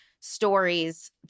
stories